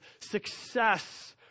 success